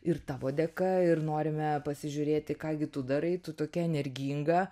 ir tavo dėka ir norime pasižiūrėti ką gi tu darai tu tokia energinga